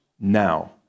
Now